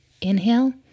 Inhale